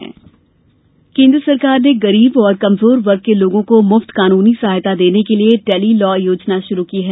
tele law योजना केंद्र सरकार ने गरीब और कमजोर वर्ग के लोगों को मुफ्त कानूनी सहायता देने की टेली लॉ योजना शुरू की है